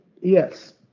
yes